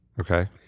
Okay